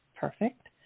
Perfect